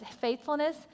faithfulness